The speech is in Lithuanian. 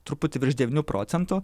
truputį virš devynių procentų